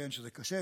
למשל שזה קשה,